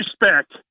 respect